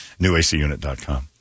newacunit.com